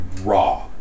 raw